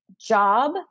job